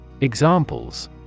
Examples